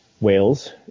Wales